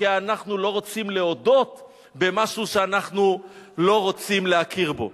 כי אנחנו לא רוצים להודות במשהו שאנחנו לא רוצים להכיר בו.